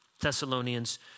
Thessalonians